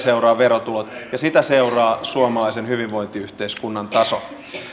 seuraavat verotulot ja sitä seuraa suomalaisen hyvinvointiyhteiskunnan taso